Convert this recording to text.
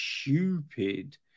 stupid